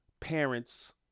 parents